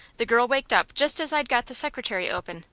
the girl waked up just as i'd got the secretary open,